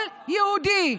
כל יהודי,